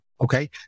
okay